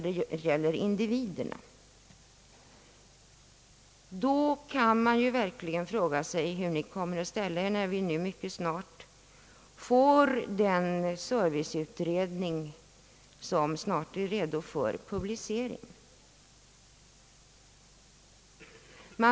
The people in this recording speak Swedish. Det finns verkligen anledning att fråga sig hur ni kommer att ställa er, när det blir dags att ta ställning till serviceutredningens betänkande som inom kort är redo för publicering.